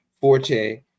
forte